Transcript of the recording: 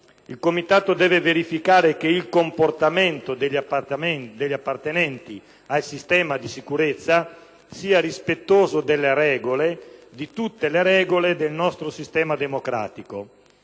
Il Comitato deve verificare che il comportamento degli appartenenti al sistema di sicurezza sia rispettoso delle regole, di tutte le regole del nostro sistema democratico